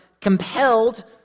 compelled